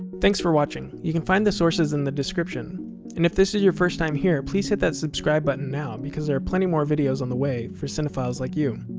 thanks for watching. you can find the sources in the description and if this is your first time here, please hit that subscribe button now because there are plenty of more videos on the way for cinephiles like you.